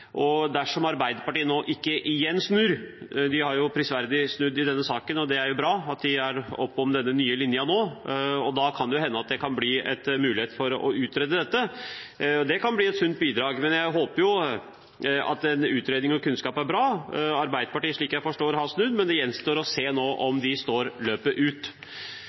ikke igjen snur – de har prisverdig snudd i denne saken, og det er bra at de er for den nye linjen nå – kan det hende at det blir en mulighet til å utrede dette. Det kan bli et sunt bidrag – en utredning og kunnskap er bra. Arbeiderpartiet, slik jeg forstår det, har snudd, men det gjenstår å se om de står løpet ut.